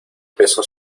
peso